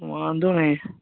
વાંધો નહીં